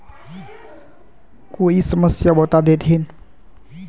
कोई समस्या बता देतहिन?